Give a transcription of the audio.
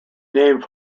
named